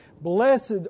Blessed